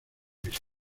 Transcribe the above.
visto